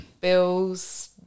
bills